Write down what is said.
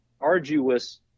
arduous